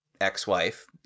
ex-wife